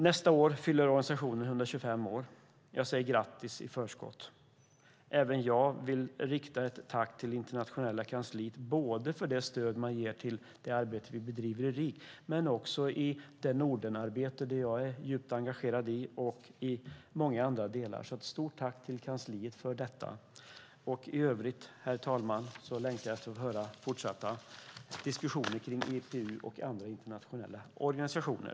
Nästa år fyller organisationen 125 år. Jag säger grattis i förskott. Även jag vill rikta ett tack till riksdagens internationella kansli för det stöd det ger i både det arbete vi bedriver i RIK och det Nordenarbete som jag är djupt engagerad i. Ett stort tack alltså till kansliet! I övrigt, herr talman, längtar jag efter att få höra fortsatta diskussioner om IPU och andra internationella organisationer.